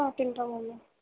తింటాం అండి